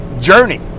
journey